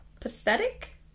pathetic